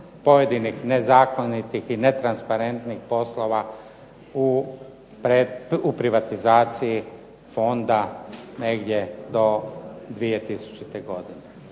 pojedinih nezakonitih, netransparentnih poslova u privatizaciji fonda negdje do 2000. godine.